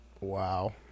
Wow